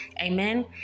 Amen